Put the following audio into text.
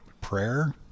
prayer